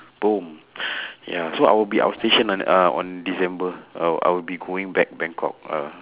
boom ya so I will be outstation on uh on December I will I will be going back bangkok uh